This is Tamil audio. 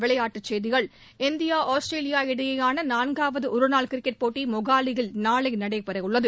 விளையாட்டுச்செய்திகள் இந்தியா ஆஸ்திரேலியா இடையேயான நான்காவது ஒருநாள் கிரிக்கெட் போட்டி மொகாலியில் நாளை நடைபெறவுள்ளது